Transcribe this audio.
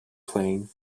playing